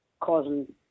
causing